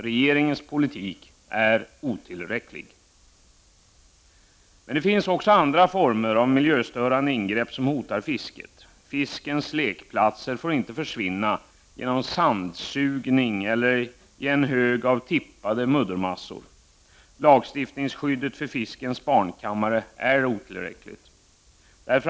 Regeringens politik är otillräcklig. Fisket hotas även av andra former av miljöstörande ingrepp. Fiskens lek platser får inte försvinna genom sandsugning eller i en hög av tippade muddermassor. Lagstiftningsskyddet för fiskens barnkammare är otillräckligt.